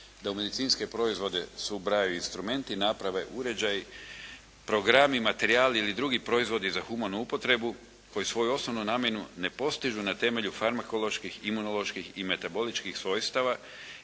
da u medicinske proizvode se ubrajaju instrumenti, naprave, uređaji, programi, materijali ili drugi proizvodi za humanu upotrebu koji svoju osnovnu namjenu ne postižu na temelju farmakoloških, imunoloških i metaboličkih svojstava